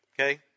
Okay